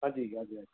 हाँ जी हाँ जी